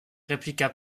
répliqua